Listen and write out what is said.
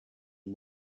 and